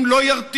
אם לא ירתיעו,